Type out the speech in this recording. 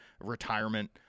retirement